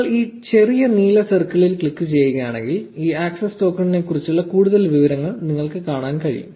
നിങ്ങൾ ഈ ചെറിയ നീല സർക്കിളിൽ ക്ലിക്കുചെയ്യുകയാണെങ്കിൽ ഈ ആക്സസ് ടോക്കണെക്കുറിച്ചുള്ള കൂടുതൽ വിവരങ്ങൾ നിങ്ങൾക്ക് കാണാൻ കഴിയും